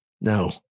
No